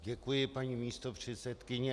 Děkuji, paní místopředsedkyně.